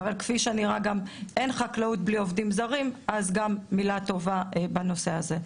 אבל גם אין חקלאות בלי עובדים זרים אז גם מילה טובה בנושא הזה.